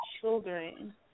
children